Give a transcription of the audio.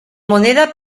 moneda